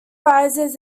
rises